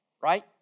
Right